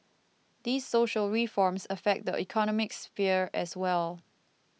these social reforms affect the economic sphere as well